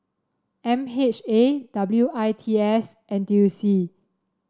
M H A W I T S N T U C